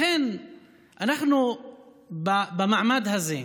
לכן במעמד הזה,